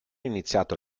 iniziato